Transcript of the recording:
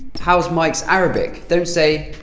how's mike's arabic don't say,